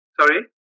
Sorry